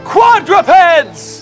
Quadrupeds